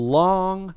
long